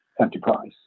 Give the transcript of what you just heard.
enterprise